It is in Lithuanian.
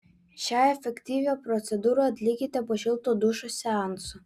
šią efektyvią procedūrą atlikite po šilto dušo seanso